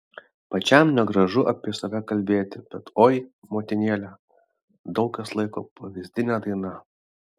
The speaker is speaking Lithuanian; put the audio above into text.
pačiam negražu apie save kalbėti bet oi motinėle daug kas laiko pavyzdine daina